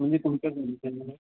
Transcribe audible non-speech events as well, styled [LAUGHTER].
तुम्ही [UNINTELLIGIBLE]